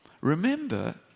Remember